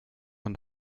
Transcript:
und